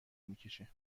میکشه